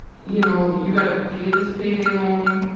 you know, you got to pay this payday loan.